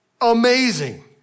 Amazing